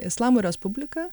islamo respublika